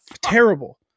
terrible